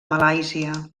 malàisia